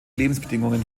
lebensbedingungen